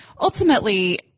ultimately